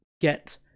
get